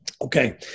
Okay